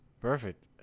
Perfect